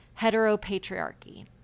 heteropatriarchy